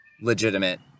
legitimate